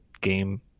game